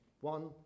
one